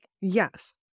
Yes